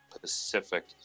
Pacific